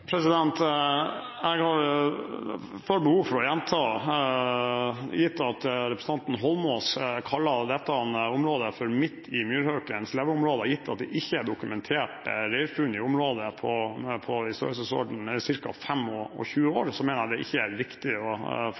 Jeg får behov for å gjenta, når representanten Eidsvoll Holmås kaller dette området for «midt i myrhaukens leveområde»: Gitt at det ikke er dokumentert reirfunn i området på ca. 25 år, mener jeg det ikke er riktig fra Stortingets talerstol å kalle dette for